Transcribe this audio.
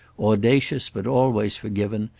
audacious but always forgiven,